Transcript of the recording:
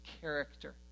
character